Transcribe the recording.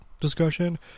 discussion